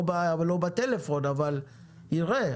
לא בטלפון אבל יראה.